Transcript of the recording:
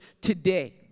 today